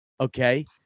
okay